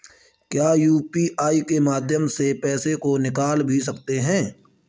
क्या यू.पी.आई के माध्यम से पैसे को निकाल भी सकते हैं?